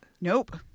Nope